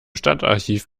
stadtarchiv